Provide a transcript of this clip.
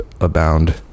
abound